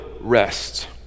rest